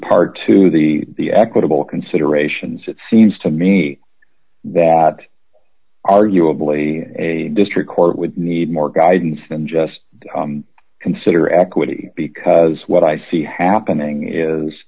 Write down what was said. part two the the equitable considerations it seems to me that arguably a district court would need more guidance than just consider equity because what i see happening is